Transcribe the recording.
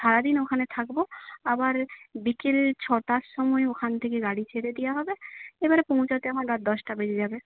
সারাদিন ওখানে থাকব আবার বিকেল ছটার সময় ওখান থেকে গাড়ি ছেড়ে দেওয়া হবে এবারে পৌঁছাতে আমার রাত দশটা বেজে যাবে